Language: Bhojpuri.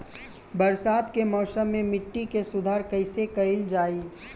बरसात के मौसम में मिट्टी के सुधार कइसे कइल जाई?